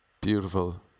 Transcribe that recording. Beautiful